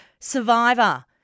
Survivor